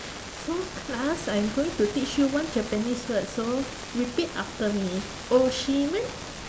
so class I'm going to teach you one japanese word so repeat after me